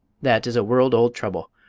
that is a world-old trouble.